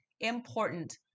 important